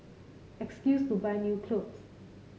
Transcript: excuse to buy new clothes